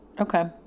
Okay